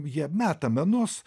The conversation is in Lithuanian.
jie meta menus